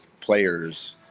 players